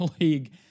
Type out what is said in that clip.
league